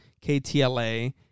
KTLA